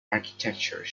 architecture